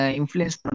influence